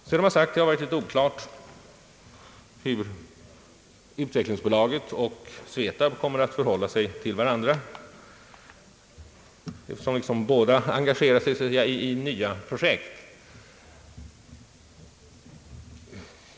Sedan har man funnit det oklart hur utvecklingsbolaget och SVETAB kommer att förhålla sig till varandra, eftersom båda så att säga engagerar sig i nya projekt.